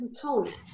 component